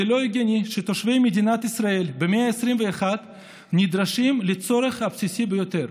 זה לא הגיוני שתושבי מדינת ישראל במאה ה-21 נדרשים לצורך הבסיסי ביותר.